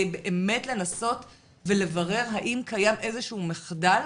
באמת לנסות ולברר האם קיים איזשהו מחדל